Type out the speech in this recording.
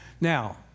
Now